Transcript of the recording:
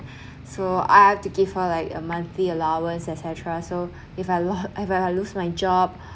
so I have to give her like a monthly allowance etcetera so if I lo~ if I lose my job